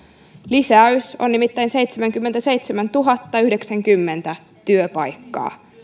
lisäys on nimittäin seitsemänkymmentäseitsemäntuhattayhdeksänkymmentä työpaikkaa